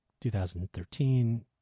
2013